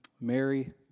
Mary